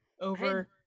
over